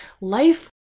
life